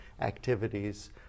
activities